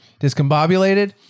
discombobulated